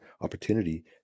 opportunity